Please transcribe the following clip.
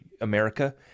America